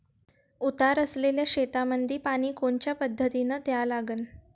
उतार असलेल्या शेतामंदी पानी कोनच्या पद्धतीने द्या लागन?